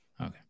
Okay